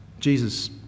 Jesus